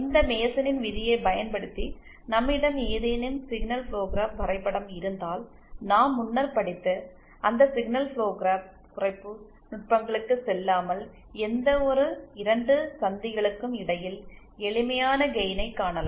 இந்த மேசனின் விதியைப் பயன்படுத்தி நம்மிடம் ஏதேனும் சிக்னல் ஃபுளோ கிராப் வரைபடம் இருந்தால் நாம் முன்னர் படித்த அந்த சிக்னல் ஃபுளோ கிராப் குறைப்பு நுட்பங்களுக்குச் செல்லாமல் எந்தவொரு 2 சந்திகளுக்கும் இடையில் எளிமையான கெயினை காணலாம்